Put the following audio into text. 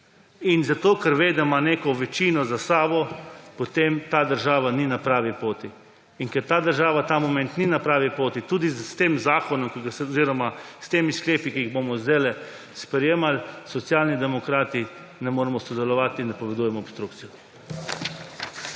in zato, ker ve, da ima neko večino za sabo, potem ta država ni na pravi poti. In ker ta država ta moment ni na pravi poti, tudi s tem zakonom oziroma s temi sklepi, ki jih bomo zdajle sprejemali, Socialni demokrati ne moremo sodelovati in napovedujemo obstrukcijo.